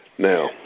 Now